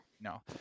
No